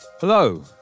Hello